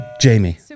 Jamie